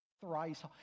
Thrice